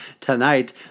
tonight